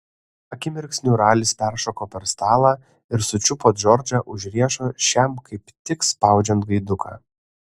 akimirksniu ralis peršoko per stalą ir sučiupo džordžą už riešo šiam kaip tik spaudžiant gaiduką